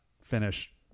Finish